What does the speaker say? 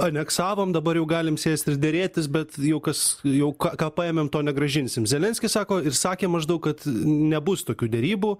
aneksavom dabar jau galim sėst ir derėtis bet jau kas jau ką ką paėmėm to negrąžinsim zelenskis sako ir sakė maždaug kad nebus tokių derybų